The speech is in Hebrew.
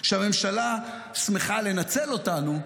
שהממשלה שמחה לנצל אותנו,